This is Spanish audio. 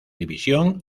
división